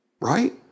Right